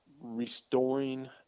restoring